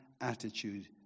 attitude